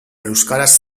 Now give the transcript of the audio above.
euskaraz